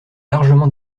largement